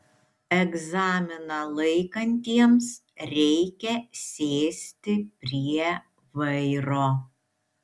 egzaminą laikantiems reikia sėsti prie vairo